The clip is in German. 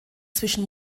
zwischen